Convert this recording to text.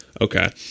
Okay